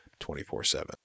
24-7